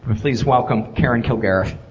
please welcome karen kilgariff.